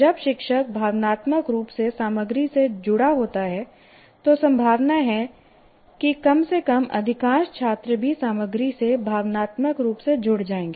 जब शिक्षक भावनात्मक रूप से सामग्री से जुड़ा होता है तो संभावना है कि कम से कम अधिकांश छात्र भी सामग्री से भावनात्मक रूप से जुड़ जाएंगे